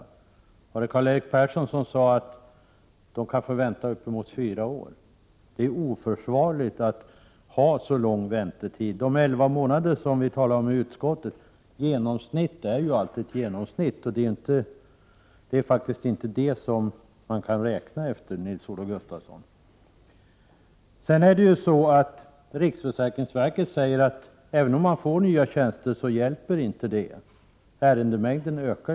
Jag tror att det var Karl-Erik Persson som sade att man kan få vänta uppemot fyra år. Det är oförsvarligt att ha så långa väntetider. De elva månader som vi talade om i utskottet var ett genomsnitt. Ett genomsnitt är ju alltid ett genomsnitt. Vi kan faktiskt inte räkna med den siffran, Nils-Olof Gustafsson. Riksförsäkringsverket säger att även om man får nya tjänster så hjälper det inte, eftersom ärendemängden bara ökar.